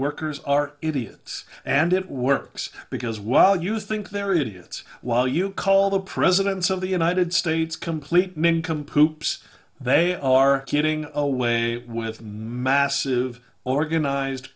workers are idiots and it works because well you think they're idiots while you call the presidents of the united states complete men compute they are getting away with massive organized